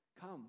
Come